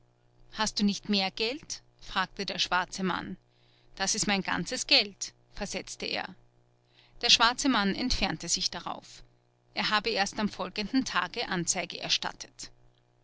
hast du nicht mehr geld fragte der schwarze mann das ist mein ganzes geld versetzte er der schwarze mann entfernte sich darauf er habe erst am folgenden tage anzeige erstattet